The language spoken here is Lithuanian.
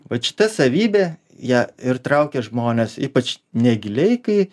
vat šita savybė ją ir traukia žmones ypač negiliai kai